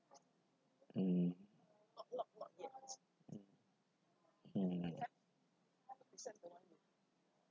mm mm